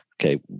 Okay